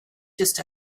just